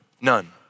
none